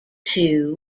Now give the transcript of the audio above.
two